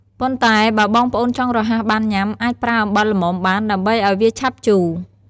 ប៉ុន្តែបើបងប្អូនចង់រហ័សបានញុំា អាចប្រើអំបិលល្មមបាន ដើម្បីឱ្យវាឆាប់ជូរ។